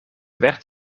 werd